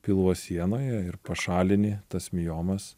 pilvo sienoje ir pašalini tas miomas